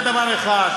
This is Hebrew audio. זה דבר אחד.